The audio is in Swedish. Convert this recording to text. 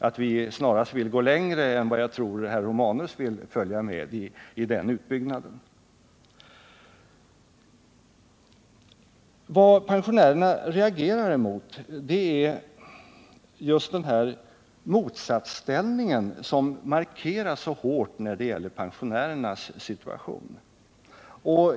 Vi vill gå längre i den utbyggnaden än vad jag tror Gabriel Romanus vill. Vad pensionärerna reagerar emot är just det här motsatsförhållandet som markeras så hårt när det gäller pensionärernas situation.